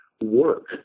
work